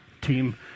team